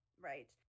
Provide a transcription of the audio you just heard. right